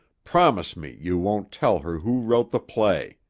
promise me you won't tell her who wrote the play.